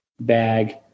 bag